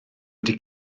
wedi